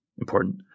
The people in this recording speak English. important